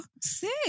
Sick